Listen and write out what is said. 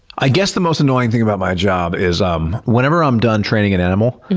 i guess the most annoying thing about my job is um whenever i'm done training an animal,